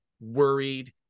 worried